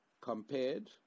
compared